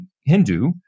Hindu